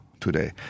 today